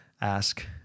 ask